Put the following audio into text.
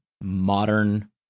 modern